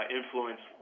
influence